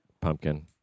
pumpkin